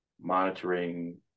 monitoring